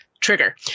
trigger